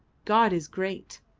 god is great!